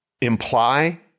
imply